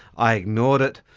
i ignored it.